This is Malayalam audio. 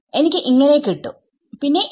എനിക്ക് കിട്ടും പിന്നെ ഉം